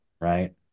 right